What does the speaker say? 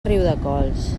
riudecols